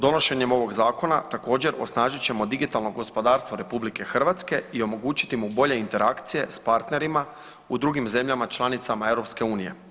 Donošenjem ovog zakona također osnažit ćemo digitalno gospodarstvo RH i omogućiti mu bolje interakcije s partnerima u drugim zemljama članicama EU.